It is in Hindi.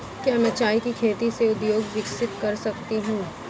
क्या मैं चाय की खेती से उद्योग विकसित कर सकती हूं?